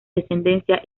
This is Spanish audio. descendencia